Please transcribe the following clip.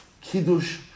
Kiddush